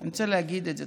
אני רוצה להגיד את זה.